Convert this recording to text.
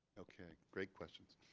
ok, great questions.